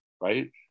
right